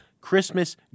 Christmas